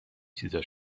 چیزا